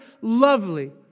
lovely